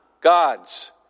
gods